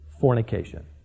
fornication